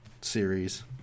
series